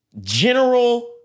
general